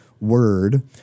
word